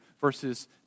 verses